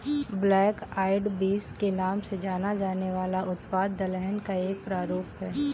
black eyed beans के नाम से जाना जाने वाला उत्पाद दलहन का एक प्रारूप है